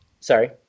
sorry